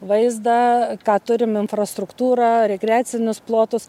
vaizdą ką turim infrastruktūrą rekreacinius plotus